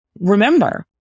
remember